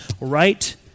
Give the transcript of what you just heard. right